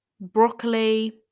broccoli